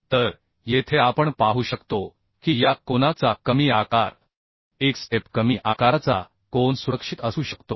तर येथे आपण पाहू शकतो की या कोना चा कमी आकार एक स्टेप कमी आकाराचा कोन सुरक्षित असू शकतो